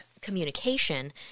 communication